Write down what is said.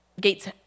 gate's